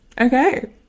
Okay